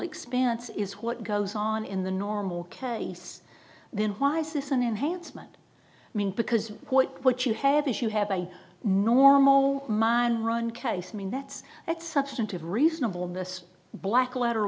expanse is what goes on in the normal case then why is this an enhancement i mean because what you have is you have a normal mine run case i mean that's that substantive reasonable in this black letter